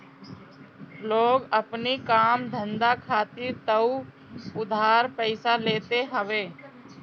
लोग अपनी काम धंधा खातिर तअ उधार पइसा लेते हवे